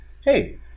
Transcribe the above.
hey